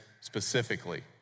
specifically